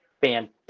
fantastic